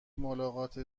ملاقات